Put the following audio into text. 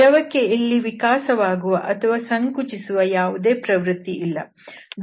ದ್ರವಕ್ಕೆ ಇಲ್ಲಿ ವಿಕಾಸವಾಗುವ ಅಥವಾ ಸಂಕುಚಿಸುವ ಯಾವುದೇ ಪ್ರವೃತ್ತಿ ಇಲ್ಲ